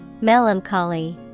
Melancholy